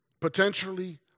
Potentially